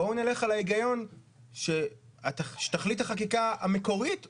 בואו נלך על ההיגיון שתכלית החקיקה המקורית דורש,